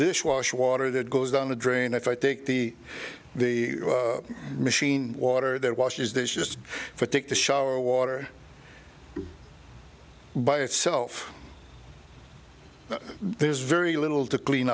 dishwasher water that goes down the drain if i take the the machine water that washes dishes fertik the shower water by itself there's very little to clean